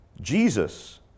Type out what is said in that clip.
Jesus